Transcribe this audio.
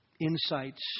insights